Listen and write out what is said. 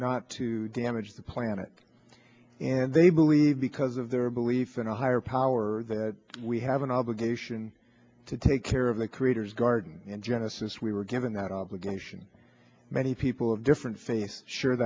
to to damage the planet and they believe because of their belief in a higher power that we have an obligation to take care of the creator's garden and genesis we were given that obligation many people have different faith sure